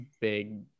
big